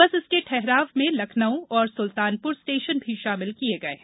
बस इसके ठहराव में लखनऊ तथा सुल्तानपुर स्टेशन भी शामिल किये गये है